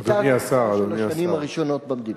היתה בשלוש השנים הראשונות במדינה.